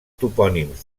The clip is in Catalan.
topònims